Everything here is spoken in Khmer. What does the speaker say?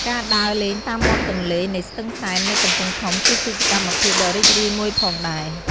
ការដើរលេងតាមមាត់ទន្លេនៃស្ទឹងសែននៅកំពង់ធំគឺជាសកម្មភាពដ៏រីករាយមួយផងដែរ។